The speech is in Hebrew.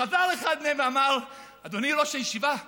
חזר אחד מהם ואמר: אדוני ראש הישיבה,